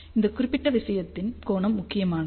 இந்த குறிப்பிட்ட விஷயத்தின் கோணம் முக்கியமானது